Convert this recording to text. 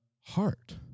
heart